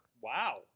Wow